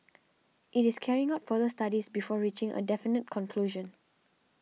it is carrying out further studies before reaching a definite conclusion